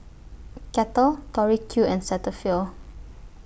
Kettle Tori Q and Cetaphil